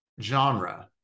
genre